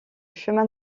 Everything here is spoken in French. chemin